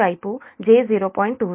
20 మరియు j0